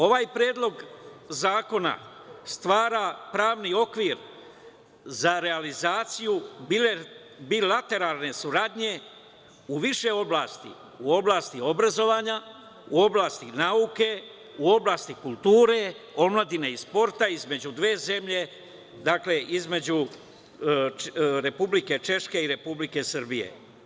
Ovaj predlog zakona stvara pravni okvir za realizaciju bilateralne saradnje u više oblasti, u oblasti obrazovanja, u oblasti nauke, u oblasti kulture, omladine i sporta, između dve zemlje, dakle, između Republičke Češke i Republike Srbije.